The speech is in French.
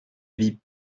vies